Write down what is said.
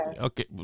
Okay